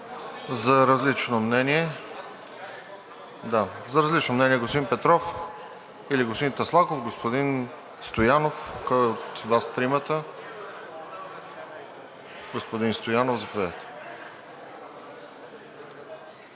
за различно мнение – господин Петров, или господин Таслаков, господин Стоянов? Кой от Вас тримата? Господин Стоянов, заповядайте.